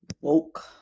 woke